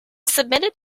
submitted